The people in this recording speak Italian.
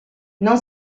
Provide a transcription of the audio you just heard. non